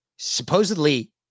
Supposedly